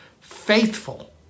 Faithful